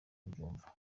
babyumva